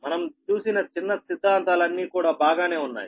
మనం చూసిన చిన్న సిద్ధాంతాలు అన్నీ కూడా బాగానే ఉన్నాయి